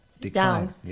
decline